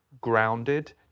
grounded